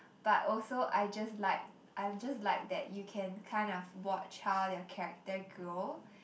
but also I just like I just like that you can kind of watch how their character grow